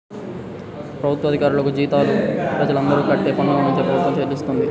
ప్రభుత్వ అధికారులకు జీతాలు ప్రజలందరూ కట్టే పన్నునుంచే ప్రభుత్వం చెల్లిస్తది